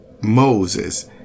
Moses